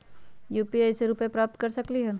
UPI से रुपए प्राप्त कर सकलीहल?